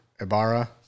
Ibarra